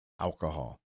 alcohol